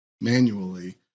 manually